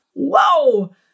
Whoa